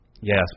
yes